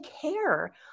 care